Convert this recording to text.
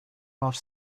off